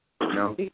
No